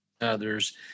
others